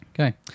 Okay